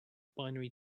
binary